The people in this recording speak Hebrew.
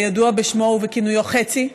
הידוע בשמו ובכינויו "חצי"